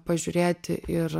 pažiūrėti ir